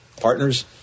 partners